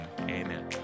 Amen